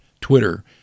Twitter